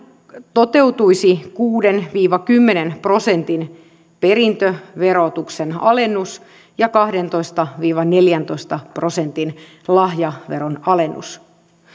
toteutuisi kuuden viiva kymmenen prosentin perintöverotuksen alennus ja kahdentoista viiva neljäntoista prosentin lahjaveron alennus